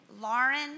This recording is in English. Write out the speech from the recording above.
Lauren